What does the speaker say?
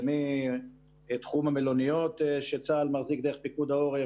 זה מתחום המלוניות שצה"ל מחזיק דרך פיקוד העורף,